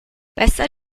besser